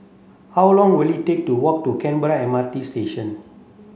how long will it take to walk to Canberra M R T Station